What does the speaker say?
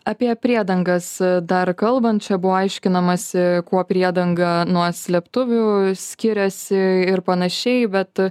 apie priedangas dar kalbant čia buvo aiškinamasi kuo priedanga nuo slėptuvių skiriasi ir panašiai bet